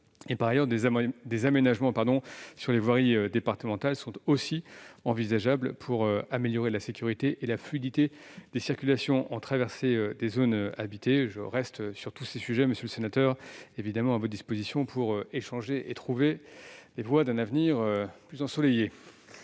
Par ailleurs, des aménagements sur les voiries départementales sont aussi envisageables pour améliorer la sécurité et la fluidité des circulations qui traversent les zones habitées. Sur tous ces sujets, je reste évidemment à votre disposition, monsieur le sénateur, pour échanger et trouver les voies d'un avenir plus ensoleillé.